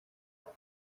muri